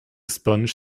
sponge